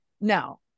No